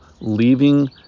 leaving